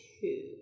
two